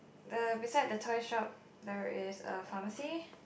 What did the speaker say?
the beside the toy shop there is a pharmacy